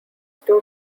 two